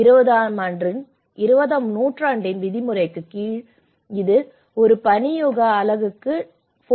20 ஆம் நூற்றாண்டின் விதிமுறைக்குக் கீழே இது ஒரு பனி யுக அலகுக்கு 4